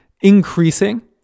increasing